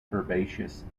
herbaceous